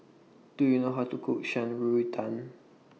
Do YOU know How to Cook Shan Rui Tang